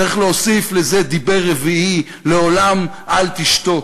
צריך להוסיף לזה דיבר רביעי: לעולם אל תשתוק.